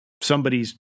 somebody's